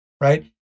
right